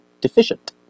deficient